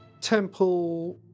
temple